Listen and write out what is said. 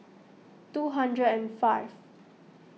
two hundred and five